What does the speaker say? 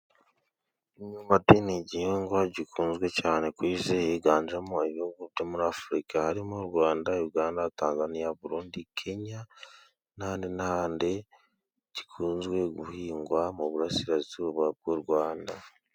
Imyumbati ni igihingwa gikunzwe cyane ku isi higanjemo ibihugu byo muri Afurika harimo u Rwanda, Uganda, Tanzaniya, Burundi, Kenya n'ahandi n'ahandi, gikunzwe guhingwa mu burasirazuba bw'u Rwanda.